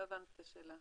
לא הבנתי את השאלה.